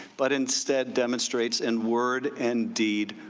but instead demonstrates in word and deed,